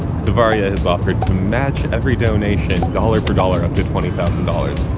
savaria has offered to match every donation dollar for dollar up to twenty thousand dollars!